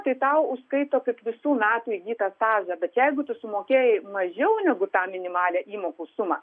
tai tau užskaito kaip visų metų įgytą stažą bet jeigu tu sumokėjai mažiau negu tą minimalią įmokų sumą